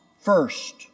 first